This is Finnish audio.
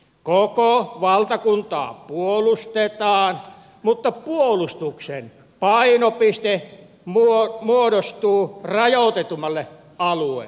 koko valtakuntaa puolustetaan mutta puolustuksen painopiste muodostuu rajoitetummalle alueelle näin kerrotaan